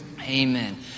Amen